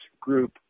group